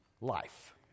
life